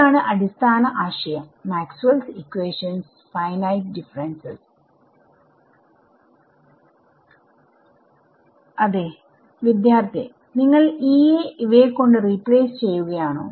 ഇതാണ് അടിസ്ഥാന ആശയം Maxwell's equations finite differences maxwells equations for finite difference അതെ വിദ്യാർത്ഥി നിങ്ങൾ E യെ ഇവയെ കൊണ്ട് റീപ്ലേസ് ചെയ്യുകയാണോ